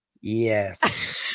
yes